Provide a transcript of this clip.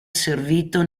servito